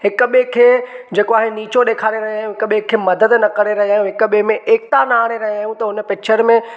हिक ॿिए खे जेको आहे नीचो ॾेखारे रहिया आहियूं हिक ॿिए खे मदद न करे रहिया आहियूं हिक ॿिए में एकता न आणे रहिया आहियूं त उन पिक्चर में